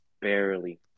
barely